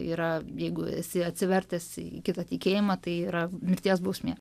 yra jeigu esi atsivertęs į kitą tikėjimą tai yra mirties bausmė